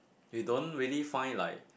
you don't really find like